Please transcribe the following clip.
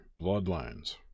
bloodlines